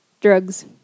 Drugs